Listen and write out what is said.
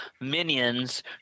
minions